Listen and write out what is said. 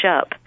up